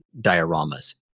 dioramas